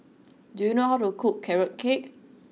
do you know how to cook carrot cake